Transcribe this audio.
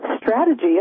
strategy